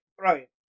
Right